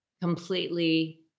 completely